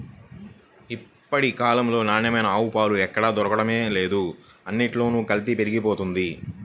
ఇప్పుడు కాలంలో నాణ్యమైన ఆవు పాలు ఎక్కడ దొరకడమే లేదు, అన్నిట్లోనూ కల్తీ పెరిగిపోతంది